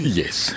yes